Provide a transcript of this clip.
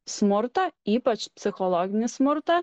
smurtą ypač psichologinį smurtą